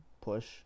push